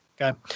Okay